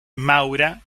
maura